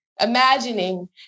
imagining